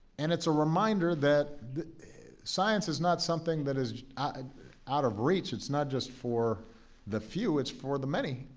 and it's a reminder that science is not something that is and out of reach, it's not just for the few, it's for the many,